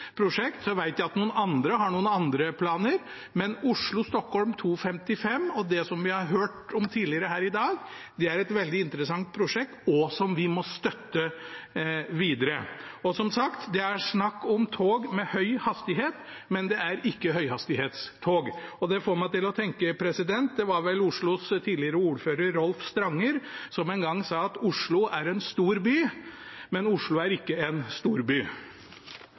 at noen andre har noen andre planer, men Oslo–Stockholm 2.55 og det som vi har hørt om tidligere her i dag, er et veldig interessant prosjekt som vi må støtte videre. Som sagt: Det er snakk om tog med høy hastighet, men ikke høyhastighetstog. Det får meg til å tenke på – det var vel Oslos tidligere ordfører Rolf Stranger som en gang sa det – at Oslo er en stor by, men Oslo er ikke en storby.